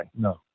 No